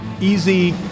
easy